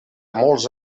molts